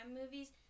movies